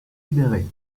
libéré